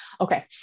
okay